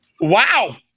Wow